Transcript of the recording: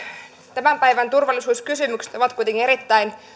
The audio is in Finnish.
tämän päivän turvallisuuskysymykset ovat kuitenkin erittäin